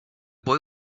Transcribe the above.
boy